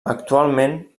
actualment